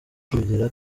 kugira